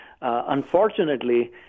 Unfortunately